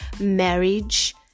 marriage